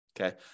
okay